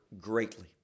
greatly